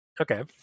Okay